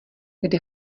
kde